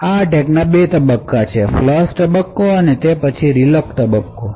આ અટેકના 2 તબક્કા છે ફ્લશ તબક્કો અને તે પછી રીલોડ તબક્કો છે